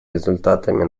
результатами